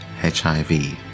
HIV